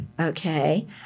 Okay